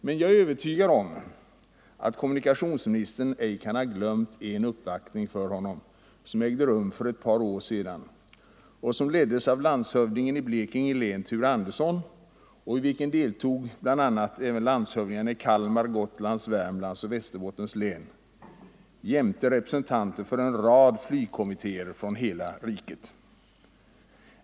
Men jag är övertygad om att kommunikationsministern inte kan ha glömt en uppvaktning hos honom som ägde rum för ett - Nr 128 par år sedan och som leddes av landshövdingen i Blekinge län, Ture Tisdagen den Andersson, och där bl.a. även landshövdingarna i Kalmar, Gotlands, 26 november 1974 Värmlands och Västerbottens län jämte representanter för en rad flygs = kommittéer från hela riket deltog.